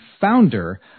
founder